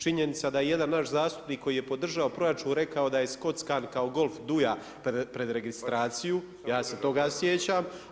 Činjenica je da je jedan naš zastupnik koji je podržao proračun, rekao da je skockan kao golf duja pred registraciju, ja se toga sjećam.